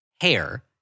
Hair –